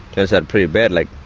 turns out pretty bad. like,